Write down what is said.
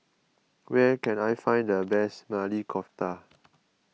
where can I find the best Maili Kofta